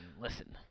listen